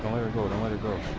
don't let her go. don't let her go.